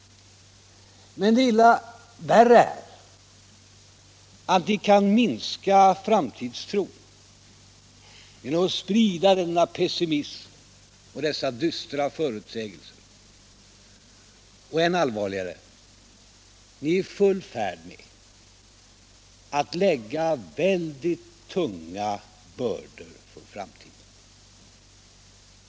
Men det är illa värre att vi kan minska framtidstron genom att sprida denna pessimism och dessa dystra förutsägelser. Och än allvarligare: ni är i full färd med att lägga mycket tunga bördor på framtiden.